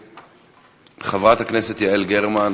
חברת הכנסת יעל גרמן,